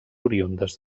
oriündes